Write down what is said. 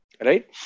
Right